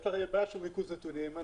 יש בעיה של ריכוז נתונים,